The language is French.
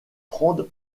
prendre